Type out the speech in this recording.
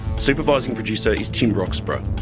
supervising producer is tim roxburgh.